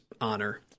honor